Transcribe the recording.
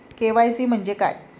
KYC म्हंजे काय?